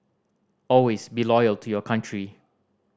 always be loyal to your country